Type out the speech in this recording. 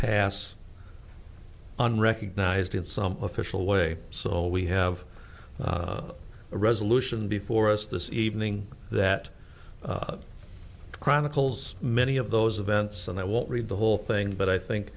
pass unrecognized in some official way so we have a resolution before us this evening that chronicles many of those events and i won't read the whole thing but i think